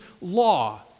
law